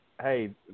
hey